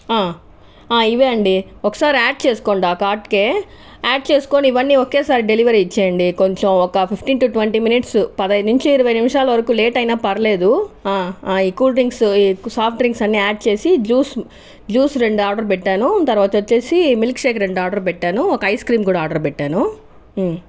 ఇవే అండి ఒకసారి యాడ్ చేసుకోండి ఆ కార్ట్ కే యాడ్ చేసుకోని ఇవన్నీ ఒకేసారి డెలివరీ ఇచ్చేయండి కొంచెం ఒక ఫిఫ్టీన్ టు ట్వంటీ మినిట్స్ పదహైదు నుంచి ఇరవై నిమిషాల వరకు లేట్ అయిన పర్లేదు ఈ కూల్ డ్రింక్స్ సాఫ్ట్ డ్రింక్స్ అన్ని యాడ్ చేసి జ్యూస్ జ్యూస్ రెండు ఆర్డర్ పెట్టాను తర్వాత వచ్చేసి మిల్క్ షేక్ రెండు ఆర్డర్ పెట్టాను ఒక ఐస్ క్రీమ్ కూడా ఆర్డర్ పెట్టాను